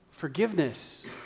Forgiveness